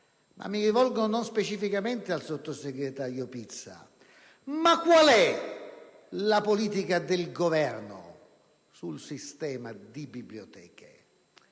questo rivolgermi specificamente al sottosegretario Pizza, qual è la politica del Governo sul sistema di biblioteche?